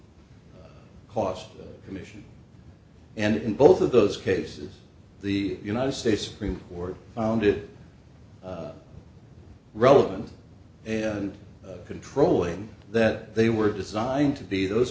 cost commission and in both of those cases the united states supreme court did relevant and controlling that they were designed to be those